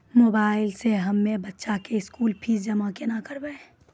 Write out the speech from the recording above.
Mobile से हम्मय बच्चा के स्कूल फीस जमा केना करबै?